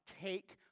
take